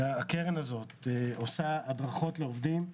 הקרן הזאת עושה הדרכות לעובדים.